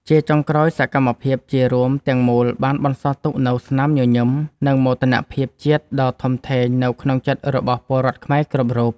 ជាចុងក្រោយ សកម្មភាពជារួមទាំងមូលបានបន្សល់ទុកនូវស្នាមញញឹម និងមោទនភាពជាតិដ៏ធំធេងនៅក្នុងចិត្តរបស់ពលរដ្ឋខ្មែរគ្រប់រូប។